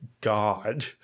God